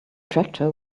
tractor